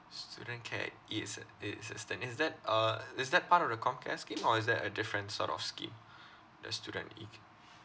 student care it's it's a stand is that uh is that part of the comcare scheme or is that a different sort of scheme the student